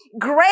great